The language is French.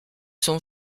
son